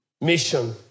mission